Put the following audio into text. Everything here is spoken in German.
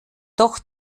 doch